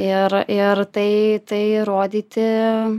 ir ir tai tai įrodyti